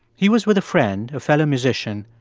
he was with a friend, a fellow musician,